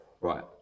right